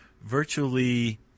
virtually